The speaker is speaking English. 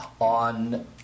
on